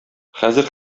хәзер